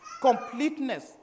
Completeness